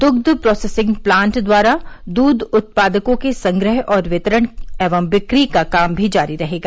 दुग्ध processing plant द्वारा दूध उत्पादकों के संग्रह और वितरण एवं बिक्री का काम भी जारी रहेगा